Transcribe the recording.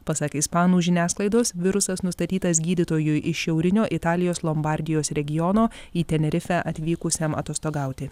pasak ispanų žiniasklaidos virusas nustatytas gydytojui iš šiaurinio italijos lombardijos regiono į tenerifę atvykusiam atostogauti